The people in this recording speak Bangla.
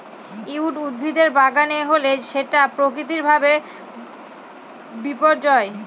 উইড উদ্ভিদের বাগানে হলে সেটা প্রাকৃতিক ভাবে বিপর্যয়